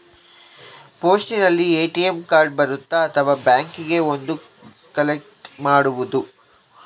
ಪೋಸ್ಟಿನಲ್ಲಿ ATM card ಬರುತ್ತಾ ಅಥವಾ ಬ್ಯಾಂಕಿಗೆ ಬಂದು ಕಲೆಕ್ಟ್ ಮಾಡುವುದು?